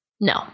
No